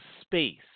space